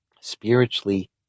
spiritually